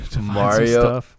Mario